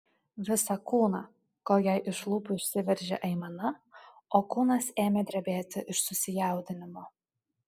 visą kūną kol jai iš lūpų išsiveržė aimana o kūnas ėmė drebėti iš susijaudinimo